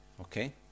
Okay